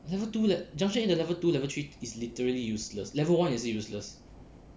level two junction eight 的 level two level three is literally useless level one 也是 useless